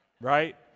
Right